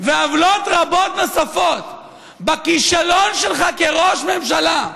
ועוולות רבות נוספות בכישלון שלך כראש ממשלה,